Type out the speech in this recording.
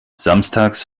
samstags